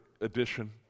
edition